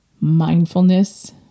Mindfulness